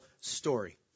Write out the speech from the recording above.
story